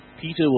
Peter